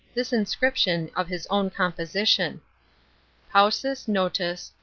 this inscription of his own composition paucis notus,